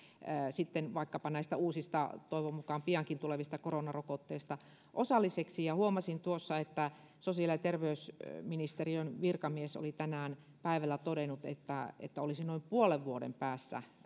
näistä uusista toivon mukaan piankin tulevista koronarokotteista osalliseksi huomasin tuossa että sosiaali ja terveysministeriön virkamies oli tänään päivällä todennut että olisi noin puolen vuoden päässä